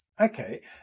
okay